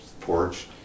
porch